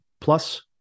Plus